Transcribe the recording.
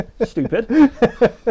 Stupid